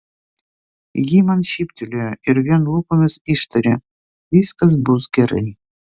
ji man šyptelėjo ir vien lūpomis ištarė viskas bus gerai